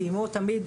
כי אימו תמיד